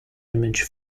image